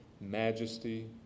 majesty